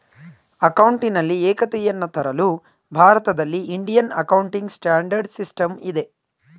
ಅಕೌಂಟಿನಲ್ಲಿ ಏಕತೆಯನ್ನು ತರಲು ಭಾರತದಲ್ಲಿ ಇಂಡಿಯನ್ ಅಕೌಂಟಿಂಗ್ ಸ್ಟ್ಯಾಂಡರ್ಡ್ ಸಿಸ್ಟಮ್ ಇದೆ